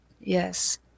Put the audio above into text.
yes